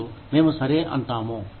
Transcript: మరియు మేము సరే అంటాము